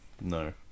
No